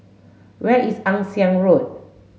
where is Ann Siang Road